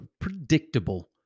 predictable